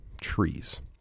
trees